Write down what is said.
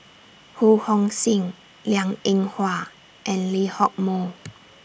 Ho Hong Sing Liang Eng Hwa and Lee Hock Moh